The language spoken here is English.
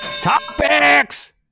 Topics